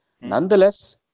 nonetheless